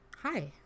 Hi